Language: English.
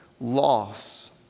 loss